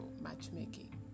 matchmaking